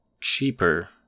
cheaper